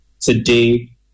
Today